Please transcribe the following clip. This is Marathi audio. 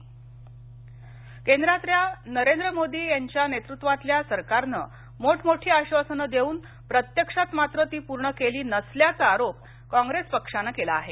कॉंग्रेस केंद्रातल्या नरेंद्र मोदी यांच्या नेतृत्वातल्या सरकारनं मोठमोठी आश्वासनं देऊन प्रत्यक्षात मात्र ती पूर्ण केली नसल्याचा आरोप कॉप्रेस पक्षानं केला आहे